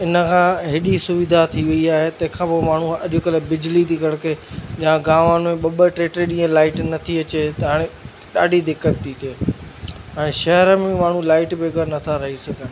इन खां हेॾी सुविधा थी वई आहे तंहिंखां पोइ माण्हू अॼुकल्ह बिजली ती कड़िके या गामनि में ॿ ॿ टे टे ॾींहं लाइट न थी अचे त हाणे ॾाढी दिक़त थी थिए हाणे शहर में माण्हू लाइट बग़ैरि नथा रही सघनि